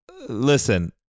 listen